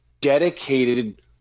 dedicated